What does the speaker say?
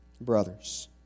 brothers